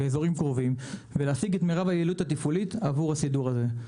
באזורים קרובים ולהשיג את מירב היכולת התפעולית עבור הסידור הזה.